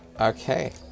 Okay